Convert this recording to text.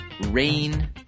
rain